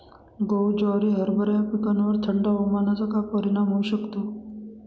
गहू, ज्वारी, हरभरा या पिकांवर थंड हवामानाचा काय परिणाम होऊ शकतो?